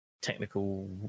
technical